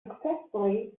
successfully